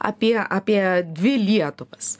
apie apie dvi lietuvas